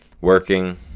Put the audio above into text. working